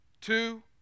two